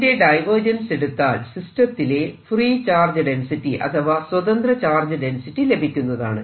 ഇതിന്റെ ഡൈവേർജൻസ് എടുത്താൽ സിസ്റ്റ ത്തിലെ ഫ്രീ ചാർജ് ഡെൻസിറ്റി അഥവാ സ്വതന്ത്ര ചാർജ് ഡെൻസിറ്റി ലഭിക്കുന്നതാണ്